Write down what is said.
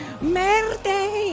Merde